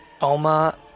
Oma